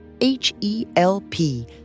H-E-L-P